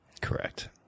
Correct